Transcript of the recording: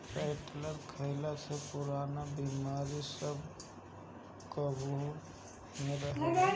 शैलटस खइला से पुरान बेमारी सब काबु में रहेला